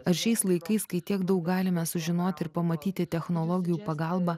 ar šiais laikais kai tiek daug galime sužinoti ir pamatyti technologijų pagalba